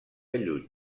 lluny